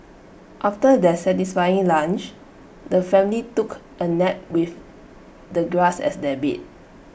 after their satisfying lunch the family took A nap with the grass as their bed